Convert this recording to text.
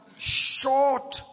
short